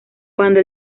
cuando